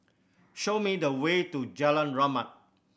show me the way to Jalan Rahmat